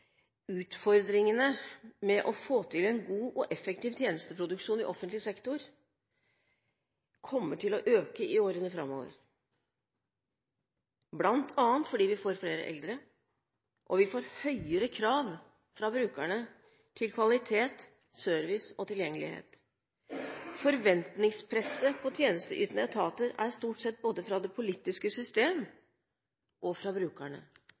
utfordringene med å få til en god og effektiv tjenesteproduksjon i offentlig sektor kommer til å øke i årene framover, bl.a. fordi vi får flere eldre, og vi får høyere krav fra brukerne til kvalitet, service og tilgjengelighet. Forventningspresset på tjenesteytende etater er stort både fra det politiske system og fra brukerne